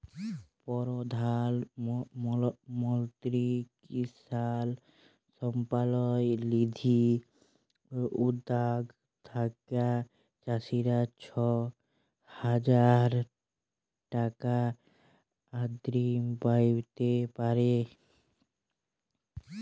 পরধাল মলত্রি কিসাল সম্মাল লিধি উদ্যগ থ্যাইকে চাষীরা ছ হাজার টাকা অব্দি প্যাইতে পারে